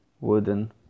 wooden